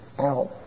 out